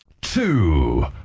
Two